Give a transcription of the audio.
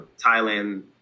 Thailand